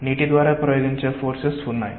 so నీటి ద్వారా ప్రయోగించే ఫోర్సెస్ ఉన్నాయి